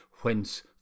whence